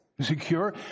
secure